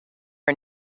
are